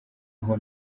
aho